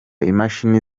imashini